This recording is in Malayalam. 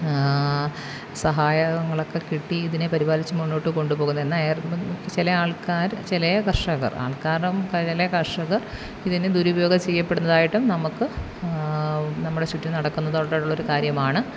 സഹായങ്ങളൊക്കെ കിട്ടി ഇതിനെ പരിപാലിച്ചും മുന്നോട്ട് കൊണ്ടുപോകുന്നു എന്നാൽ ചില ആൾക്കാർ ചില കർഷകർ ആൾക്കാരും ചില കർഷകർ ഇതിനെ ദുരുപയോഗം ചെയ്യപ്പെടുന്നതായിട്ടും നമുക്ക് നമ്മുടെ ചുറ്റും നടക്കുന്നതായിട്ടുള്ള ഒരു കാര്യമാണ്